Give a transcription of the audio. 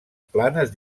planes